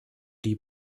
die